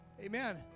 Amen